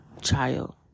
child